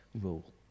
rule